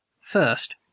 First